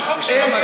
בכל החוק הזה,